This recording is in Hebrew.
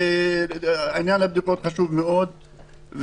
עניין הבדיקות חשוב מאוד.